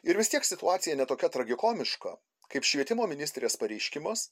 ir vis tiek situacija ne tokia tragikomiška kaip švietimo ministrės pareiškimas